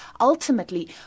Ultimately